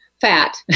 Fat